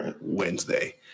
Wednesday